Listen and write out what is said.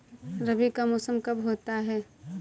रबी का मौसम कब होता हैं?